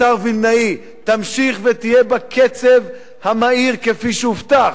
השר וילנאי, תמשיך ותהיה בקצב המהיר, כפי שהובטח.